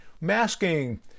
masking